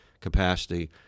capacity